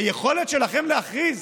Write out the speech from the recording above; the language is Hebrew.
היכולת שלכם להכריז